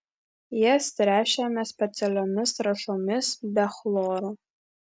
jas tręšiame specialiomis trąšomis be chloro